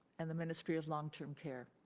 and the ministry of long-term care.